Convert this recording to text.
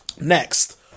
Next